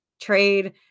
trade